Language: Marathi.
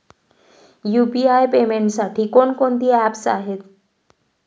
यु.पी.आय पेमेंटसाठी कोणकोणती ऍप्स आहेत?